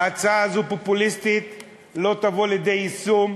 ההצעה הזאת פופוליסטית ולא תבוא לידי יישום,